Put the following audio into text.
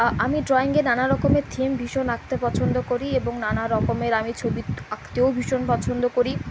আমি ড্রয়িংয়ে নানা রকমের থিম ভীষণ আঁকতে পছন্দ করি এবং নানা রকমের আমি ছবি আঁকতেও ভীষণ পছন্দ করি